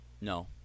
no